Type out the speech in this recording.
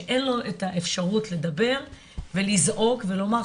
שאין לו את האפשרות לדבר ולזעוק ולומר,